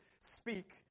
speak